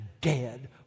dead